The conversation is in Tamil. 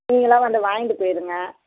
நீங்களாக வந்து வாங்கிகிட்டு போயிவிடுங்க